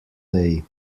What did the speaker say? day